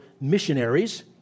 missionaries